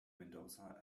mendoza